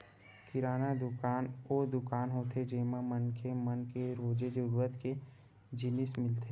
किराना दुकान वो दुकान होथे जेमा मनखे मन के रोजे जरूरत के जिनिस मिलथे